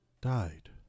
died